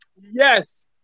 Yes